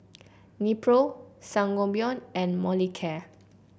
Nepro Sangobion and Molicare